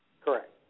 Correct